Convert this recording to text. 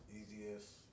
easiest